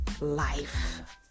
life